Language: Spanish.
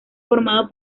formado